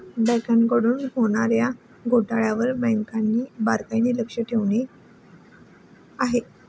बँकांकडून होणार्या घोटाळ्यांवर बँकांनी बारकाईने लक्ष ठेवले आहे